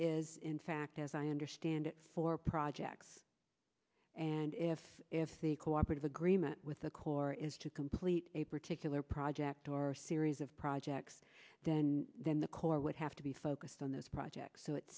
is in fact as i understand it for projects and if if the cooperative agreement with the corps is to complete a particular project or a series of projects then then the core would have to be focused on this project so it